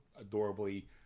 adorably